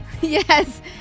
Yes